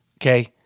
okay